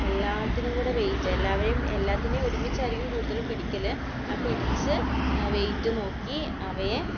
എല്ലാത്തിനും കൂടെ വെയിറ്റ് എല്ലവയെയും എല്ലാത്തിനെയും ഒരുമിച്ചായിരിക്കും കൂടുതൽ പിടിക്കൽ ആ പിടിച്ച് വെയിറ്റ് നോക്കി അവയെ